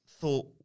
thought